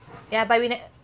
ya but we nev~